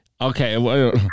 Okay